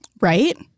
right